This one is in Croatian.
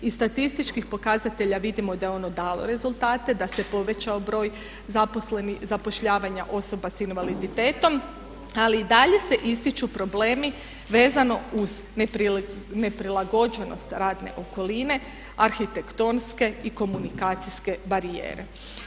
Iz statističkih pokazatelja vidimo da je ono dalo rezultate, da se povećao broj zapošljavanja osoba s invaliditetom ali i dalje se ističu problemi vezano uz neprilagođenost radne okoline, arhitektonske i komunikacijske barijere.